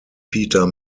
peter